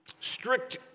strict